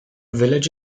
village